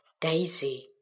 Daisy